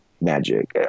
magic